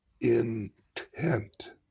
intent